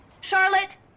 Charlotte